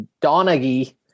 Donaghy